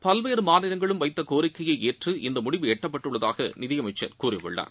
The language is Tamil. பல்வேறு மாநிலங்களும் வைத்த கோரிக்கையை ஏற்று இந்த முடிவு எட்டப்பட்டுள்ளதாக நிதியமைச்சர் கூறியுள்ளார்